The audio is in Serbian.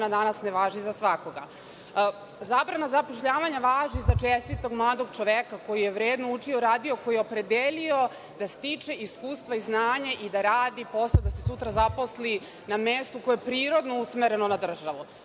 danas ne važi za svakoga. Zabrana zapošljavanja važi za čestitog mladog čoveka, koji je vredno učio i radio, koji je opredelio da stiče iskustva i znanja i da radi posao, da se sutra zaposli na mestu koje je prirodno usmereno na državu.